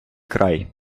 край